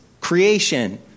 creation